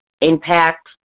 impact